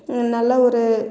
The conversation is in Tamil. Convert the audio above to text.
நல்ல ஒரு